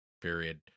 period